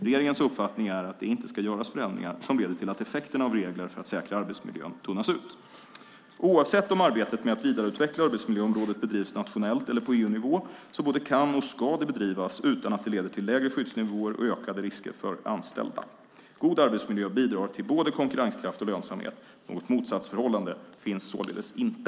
Regeringens uppfattning är att det inte ska göras förändringar som leder till att effekterna av regler för att säkra arbetsmiljön tunnas ut. Oavsett om arbetet med att vidareutveckla arbetsmiljöområdet bedrivs nationellt eller på EU-nivå så både kan och ska det bedrivas utan att det leder till lägre skyddsnivåer och ökade risker för anställda. God arbetsmiljö bidrar till både konkurrenskraft och lönsamhet, något motsatsförhållande finns således inte.